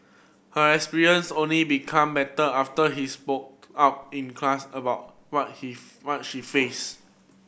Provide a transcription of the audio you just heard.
her experience only become better after he spoke up in class about what he what she faced